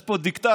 יש פה דיקטטור,